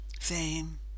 fame